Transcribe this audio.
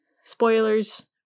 spoilers